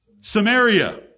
Samaria